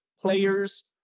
players